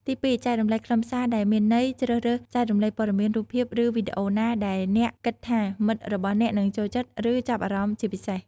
ទីពីរ ចែករំលែកខ្លឹមសារដែលមានន័យ ជ្រើសរើសចែករំលែកព័ត៌មាន រូបភាព ឬវីដេអូណាដែលអ្នកគិតថាមិត្តរបស់អ្នកនឹង ចូលចិត្ត ឬ ចាប់អារម្មណ៍ ជាពិសេស។